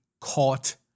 caught